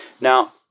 Now